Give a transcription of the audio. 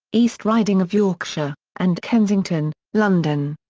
east riding of yorkshire, and kensington, london.